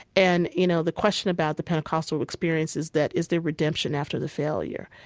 and, you know, the question about the pentecostal experience is that, is there redemption after the failure?